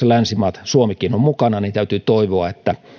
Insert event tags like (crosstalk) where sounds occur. (unintelligible) länsimaat suomikin ovat mukana täytyy toivoa että